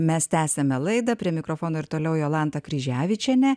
mes tęsiame laidą prie mikrofono ir toliau jolanta kryževičienė